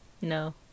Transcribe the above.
No